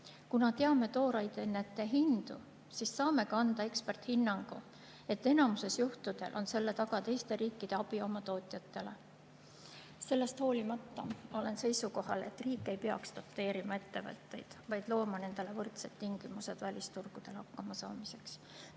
Kuna me teame toorainete hindu, siis saame ka anda eksperthinnangu, et enamuses juhtudel on selle taga teiste riikide abi oma tootjatele. Sellest hoolimata olen seisukohal, et riik ei peaks doteerima ettevõtteid, vaid looma nendele võrdsed tingimused välisturgudel hakkamasaamiseks.